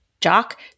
Jock